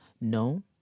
No